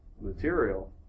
material